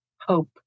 hope